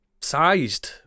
sized